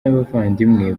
n’abavandimwe